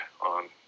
on